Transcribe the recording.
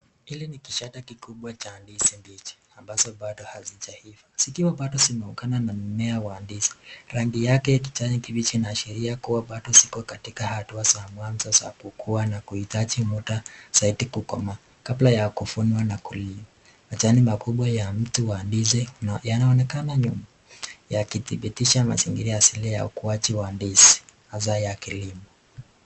Hili ni kishada kikubwa cha ndizi mbichi ambazo bado hazijsiva. Zikiwa bado zimeungana na mmea wa ndizi, rangi yake ya kijani kibichi inaashiria bado ziko katika hatua za mwanzo za kukua na huhitaji muda zaidi kukomaa kabla ya kuvunwa na kuliwa. Majani makubwa ya mti wa ndizi yanaonekana nyuma yakidhibitisha mazingira asili ya ukuaji wa ndizi hizi hasa ya kilimo.